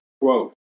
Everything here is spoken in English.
quote